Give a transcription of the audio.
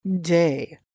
day